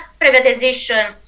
privatization